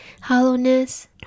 hollowness